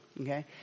okay